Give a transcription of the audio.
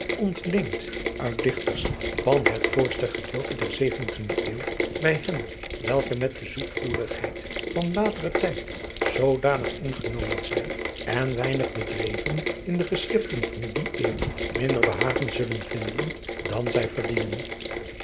ontleend uit dichters van het voorste gedeelte der zeventiende eeuw adriaan loosjes pzn het leven van hillegonda buisman bij hen welke met de zoetvoerigheid van lateren tijd zoodanig ingenomen zijn en weinig bedreven in de geschriften van die eeuw minder behagen zullen vinden dan zij verdienen